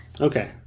Okay